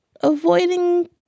avoiding